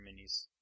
Minis